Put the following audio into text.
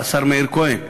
השר מאיר כהן,